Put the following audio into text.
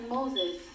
Moses